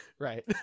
Right